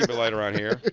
like light around here.